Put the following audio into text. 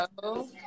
Hello